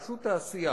פשוט תעשייה